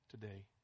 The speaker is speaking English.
today